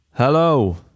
Hello